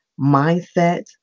mindset